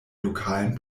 lokalen